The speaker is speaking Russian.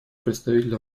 представителя